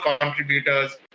contributors